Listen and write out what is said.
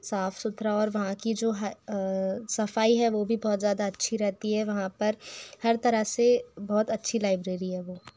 साफ सुथरा और वहाँ की जो सफाई है वह भी बहुत ज़्यादा अच्छी रहती है वहाँ पर हर तरह से बहुत अच्छी लाइब्रेरी है वह